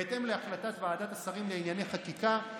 בהתאם להחלטת ועדת השרים לענייני חקיקה,